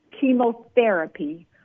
chemotherapy